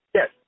Yes